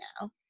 now